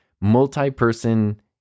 multi-person